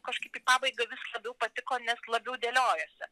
kažkaip į pabaigą vis labiau patiko nes labiau dėliojosi